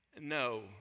no